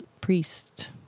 priest